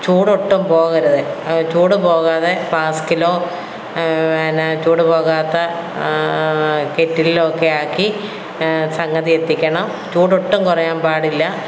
ചൂടൊട്ടും പോകരുത് ചൂടു പോകാതെ ഫ്ലാസ്ക്കിലോ പിന്നെ ചൂടു പോകാത്ത കെറ്റിലിലോ ഒക്കെയാക്കി സംഗതി എത്തിക്കണം ചൂടൊട്ടും കുറയാൻ പാടില്ല